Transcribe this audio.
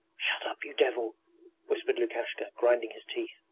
shut up, you devil whispered lukashka, grinding his teeth.